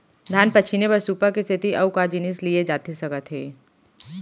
धान पछिने बर सुपा के सेती अऊ का जिनिस लिए जाथे सकत हे?